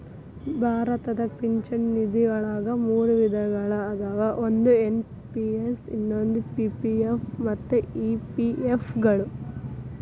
ಭಾರತದ ಪಿಂಚಣಿ ನಿಧಿವಳಗ ಮೂರು ವಿಧಗಳ ಅದಾವ ಒಂದು ಎನ್.ಪಿ.ಎಸ್ ಇನ್ನೊಂದು ಪಿ.ಪಿ.ಎಫ್ ಮತ್ತ ಇ.ಪಿ.ಎಫ್ ಗಳು